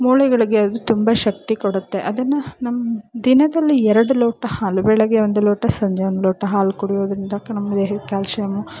ಮೂಳೆಗಳಿಗೆ ಅದು ತುಂಬ ಶಕ್ತಿ ಕೊಡುತ್ತೆ ಅದನ್ನು ನಮ್ಮ ದಿನದಲ್ಲಿ ಎರಡು ಲೋಟ ಹಾಲು ಬೆಳಗ್ಗೆ ಒಂದು ಲೋಟ ಸಂಜೆ ಒಂದು ಲೋಟ ಹಾಲು ಕುಡಿಯೋದರಿಂದ ಕ ನಮ್ಮ ದೇಹಕ್ಕೆ ಕ್ಯಾಲ್ಸಿಯಮ್ಮು